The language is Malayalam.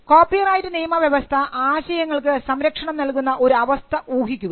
കോപ്പിറൈറ്റ് നിയമവ്യവസ്ഥ ആശയങ്ങൾക്ക് സംരക്ഷണം നൽകുന്ന ഒരു അവസ്ഥ ഊഹിക്കുക